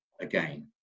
again